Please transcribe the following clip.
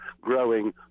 growing